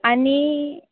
आनी